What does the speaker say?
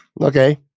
Okay